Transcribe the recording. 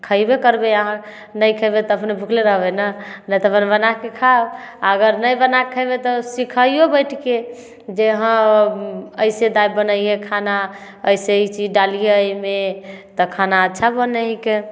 खयबे करबै आहाँ नहि खयबै तऽ अपने भुखले रहबै ने नहि तऽ अपन बनाके खाउ आ अगर नहि बनाके खयबै तऽ सिखाइयौ बैठ के जे हँ अयसे दालि बनैहिए खाना अयसे ई चीज डालिहे एहिमे तऽ खाना अच्छा बनै हिके